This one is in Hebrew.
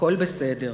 הכול בסדר.